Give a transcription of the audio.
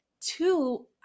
Two